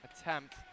attempt